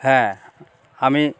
হ্যাঁ আমি